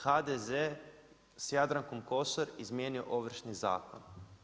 HDZ s Jadrankom Kosor izmijenio Ovršni zakon.